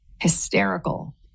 hysterical